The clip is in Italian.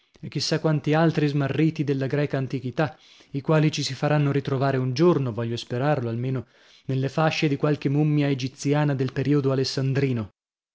e chi sa quanti altri smarriti della greca antichità i quali ci si faranno ritrovare un giorno voglio sperarlo almeno nelle fasce di qualche mummia egiziana del periodo alessandrino